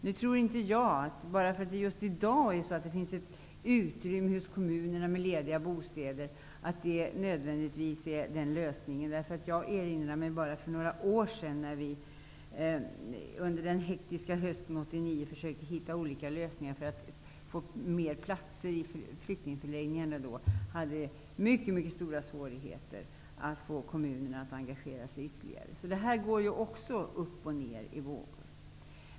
Nu tror jag inte att det är lösningen att det just i dag finns ett utrymme hos kommunerna med lediga bostäder. Jag erinrar mig hur det var för några år sedan när vi under den hektiska hösten 1989 försökte hitta olika lösningar för att få fler platser i flyktingförläggningarna. Då hade vi mycket stora svårigheter att få kommunerna att engagera sig ytterligare. Detta går också i vågor.